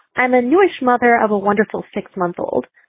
i'm a newish mother of a wonderful six month old.